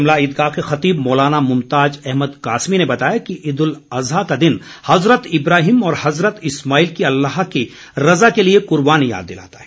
शिमला ईदगाह के खतीब मौलाना मुमताज अहमद कासमी ने बताया कि ईद उल अज़्हा का दिन हज़रत इब्राहिम और हज़रत इस्माईल की अल्लाह की रज़ा के लिए कुर्बानी याद दिलाता है